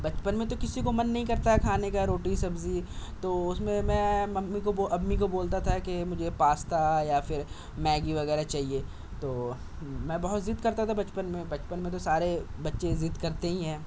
بچپن میں تو کسی کو من نہیں کرتا ہے کھانے کا روٹی سبزی تو اُس میں میں ممی کو امّی کو بولتا تھا کہ مجھے پاستہ یا پھر میگی وغیرہ چاہیے تو میں بہت ضد کرتا تھا بچپن میں بچپن میں تو سارے بچے ضد کرتے ہی ہیں